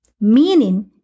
Meaning